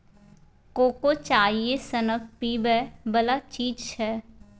cocoa चाइए सनक पीबै बला चीज छै